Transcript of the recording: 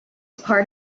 part